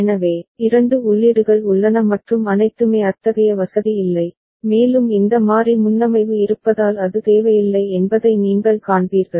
எனவே இரண்டு உள்ளீடுகள் உள்ளன மற்றும் அனைத்துமே அத்தகைய வசதி இல்லை மேலும் இந்த மாறி முன்னமைவு இருப்பதால் அது தேவையில்லை என்பதை நீங்கள் காண்பீர்கள்